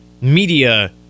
media